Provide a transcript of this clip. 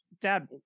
Dad